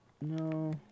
No